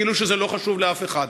כאילו זה לא חשוב לאף אחד.